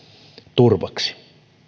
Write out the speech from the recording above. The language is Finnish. turvaksi